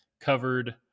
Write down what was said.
covered